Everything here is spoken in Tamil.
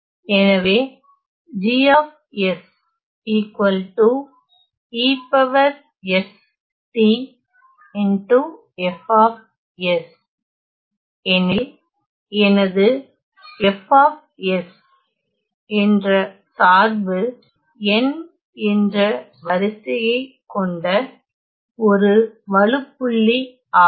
எனவே எனில் எனது F என்ற சார்பு n என்ற வரிசையை கொண்ட ஒரு வழுப்புள்ளி ஆகும்